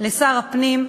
לשר הפנים,